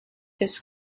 his